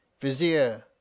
Vizier